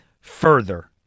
further